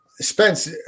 Spence